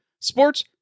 Sports